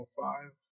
five